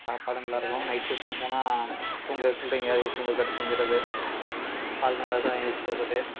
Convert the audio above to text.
சாப்பாடும் நல்லா இருக்கும் நைட் ஷிப்ட்லாம் போனால் தூங்கிறது ஃபுல்டைம் ஏதாவது ஏசி ரூம்மில் படுத்துத் தூங்கியர்றது ஃபால்ட்னு வந்தாச்சுன்னா எழுந்திரிச்சு போகிறது